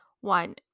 One